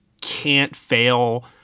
can't-fail